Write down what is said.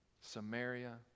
Samaria